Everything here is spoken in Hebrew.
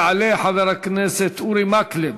יעלה חבר הכנסת אורי מקלב,